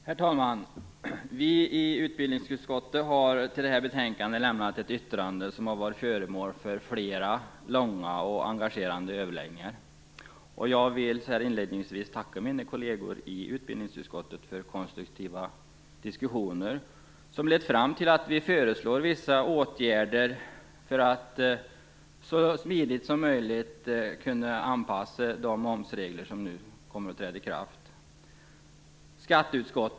Herr talman! Vi har från utbildningsutskottet vid detta betänkande fogat ett yttrande som har varit föremål för flera långa och engagerade överläggningar. Jag vill inledningsvis tacka mina kolleger i utbildningsutskottet för konstruktiva diskussioner, som lett fram till att vi föreslår vissa åtgärder för att få en så smidig anpassning som möjligt till de momsregler som nu kommer att träda i kraft.